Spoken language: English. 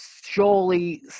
Surely